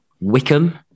Wickham